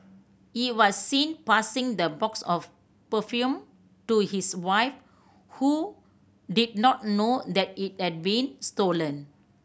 he was seen passing the box of perfume to his wife who did not know that it had been stolen